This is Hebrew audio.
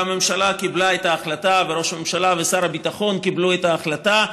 והממשלה קיבלה את ההחלטה וראש הממשלה ושר הביטחון קיבלו את ההחלטה,